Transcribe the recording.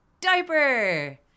diaper